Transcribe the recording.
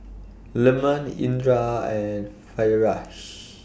Leman Indra and Firash